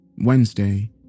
Wednesday